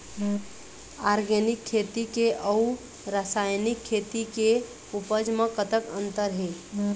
Organic खेती के अउ रासायनिक खेती के उपज म कतक अंतर हे?